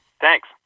Thanks